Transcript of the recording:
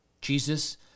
Jesus